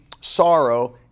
sorrow